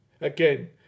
Again